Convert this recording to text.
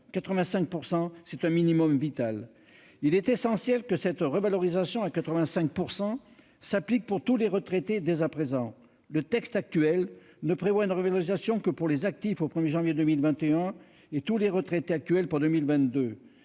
85 %, c'est un minimum vital ! Il est essentiel que cette revalorisation à 85 % s'applique pour tous les retraités dès à présent. Le texte prévoit une revalorisation pour les actifs au 1 janvier 2021, et pour tous les retraités actuels en 2022.